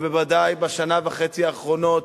ובוודאי בשנה וחצי האחרונות,